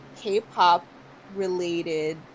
K-pop-related